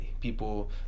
people